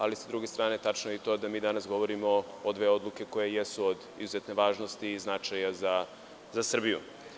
Ali, s druge strane, tačno je i to da mi danas govorimo o dve odluke koje jesu od izuzetne važnosti i značaja za Srbiju.